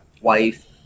wife